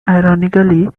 ironically